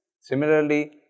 Similarly